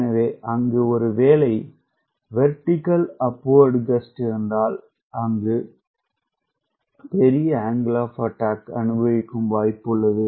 எனவே அங்கு ஒரு வேலை வெர்டிகள் அப்வார்ட் கஸ்ட் இருத்தால் அங்கு அது பெரிய அங்கிள் ஆப் அட்டாக் அனுபவிக்கும் வாய்ப்பு உள்ளது